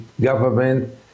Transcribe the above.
government